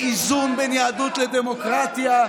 באיזון בין יהדות לדמוקרטיה,